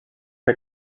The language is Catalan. fer